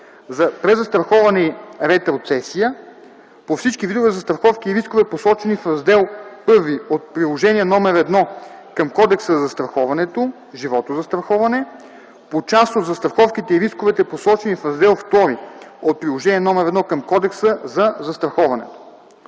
за презастраховане и ретроцесия; - по всички видове застраховки и рискове, посочени в Раздел I от Приложение № 1 към Кодекса за застраховането (животозастраховане); - по част от застраховките и рисковете, посочени в Раздел II от приложение № 1 към Кодекса за застраховането.